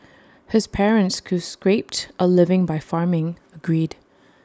his parents who scraped A living by farming agreed